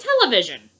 television